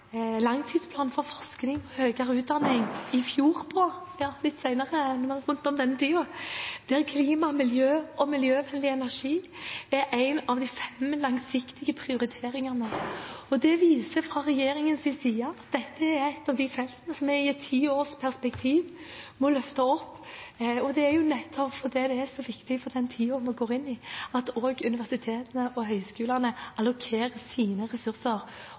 for forskning og høyere utdanning i fjor omtrent på denne tiden, der klima- og miljøvennlig energi er en av de fem langsiktige prioriteringene. Det viser fra regjeringens side at dette er et av de feltene som vi i et tiårsperspektiv må løfte, og det er nettopp fordi det er så viktig for den tiden vi går inn i, at også universitetene og høyskolene allokerer sine ressurser